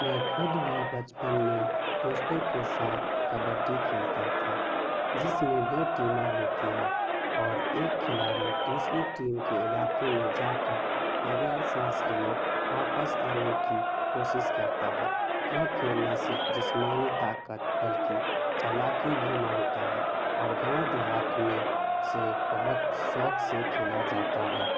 میں خود بھی بچپن میں دوستوں کے ساتھ کبڈی کھیلتا تھا جس میں دو ٹیمیں ہوتی ہیں اور ایک کھلاڑی دوسری ٹیم کے علاقے میں جا کر بغیر سانس لیے واپس آنے کی کوشش کرتا ہے یہ کھیلنا صرف جسمانی طاقت بلکہ چالکی بھی مانگتا ہے اور گاؤں دیہات میں اسے بہت شوق سے کھیلا جاتا ہے